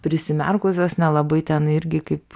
prisimerkusios nelabai ten irgi kaip